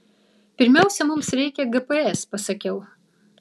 pirmiausia mums reikia gps pasakiau